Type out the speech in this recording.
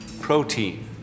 protein